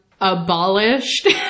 abolished